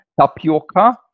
tapioca